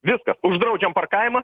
viskas uždraudžiam parkavimą